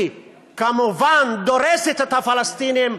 היא כמובן דורסת את הפלסטינים,